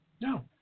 No